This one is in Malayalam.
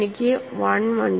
എനിക്ക് 1 1